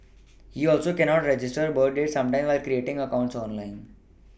he also cannot register birth date sometimes when creating accounts online